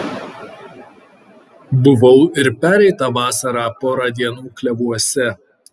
buvau ir pereitą vasarą porą dienų klevuose